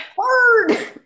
hard